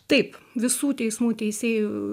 taip visų teismų teisėjų